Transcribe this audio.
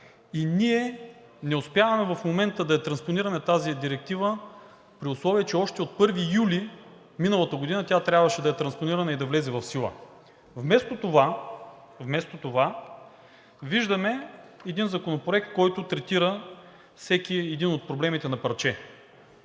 Ние не успяваме в момента да транспонираме тази директива, при условие че още от 1 юли миналата година тя трябваше да е транспонирана и да влезе в сила. Вместо това виждаме един законопроект, който третира всеки един от проблемите на парче.